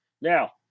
Now